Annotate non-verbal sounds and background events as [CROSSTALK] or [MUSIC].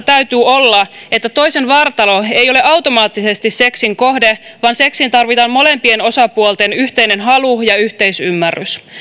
[UNINTELLIGIBLE] täytyy olla että toisen vartalo ei ole automaattisesti seksin kohde vaan seksiin tarvitaan molempien osapuolten yhteinen halu ja yhteisymmärrys